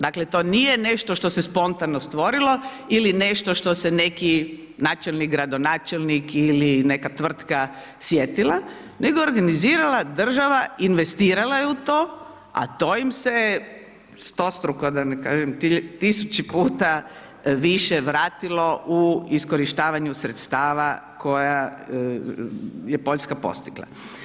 Dakle, to nije nešto što se spontano stvorilo ili nešto što se neki načelnik, gradonačelnik ili neka tvrtka sjetila nego organizirala država, investirala je u to, a to im se stostruko da ne kažem tisući puta više vratilo u iskorištavanju sredstava koja je Poljska postigla.